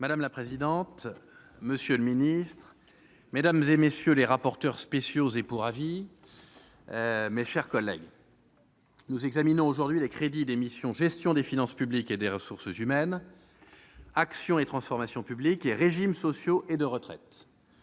Madame la présidente, monsieur le secrétaire d'État, mes chers collègues, nous examinons aujourd'hui les crédits des missions « Gestion des finances publiques et des ressources humaines »,« Action et transformation publiques » et « Régimes sociaux et de retraite ».